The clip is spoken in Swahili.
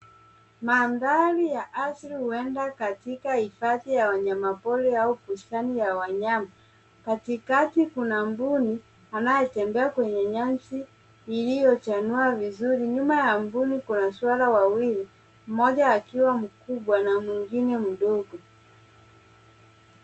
Mandhari ya asili huenda katika hifadhi ya wanyamapori au bustani ya wanyama. Katikati, kuna mbuni anayetembea kwenye nyasi iliyochunwa vizuri. Nyuma ya mbuni kuna swara wawili, mmoja akiwa mkubwa na mwingine mdogo.